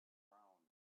ground